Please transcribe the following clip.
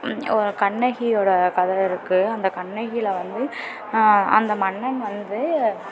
ஒரு கண்ணகியோடய கதை இருக்குது அந்த கண்ணகியில் வந்து அந்த மன்னன் வந்து